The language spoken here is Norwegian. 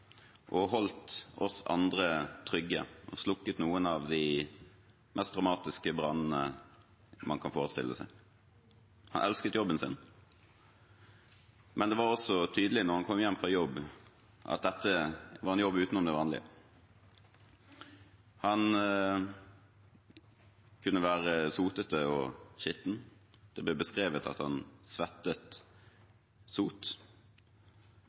og holdt oss andre trygge. Han slukket noen av de mest dramatiske brannene man kan forestille seg. Han elsket jobben sin, men det var også tydelig når han kom hjem fra jobb, at dette var en jobb utenom det vanlige. Han kunne være sotete og skitten. Det ble beskrevet at han svettet sot.